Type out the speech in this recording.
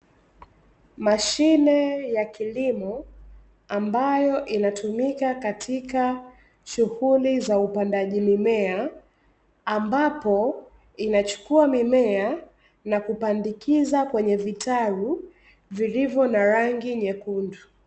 Mashine ya kilimo, ambayo inatumika katika shughuli za upandaji mimea, ambapo inachukua mimea, na kupandikiza kwenye vitalu vilivyo na rangi nyekundu.